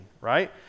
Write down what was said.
right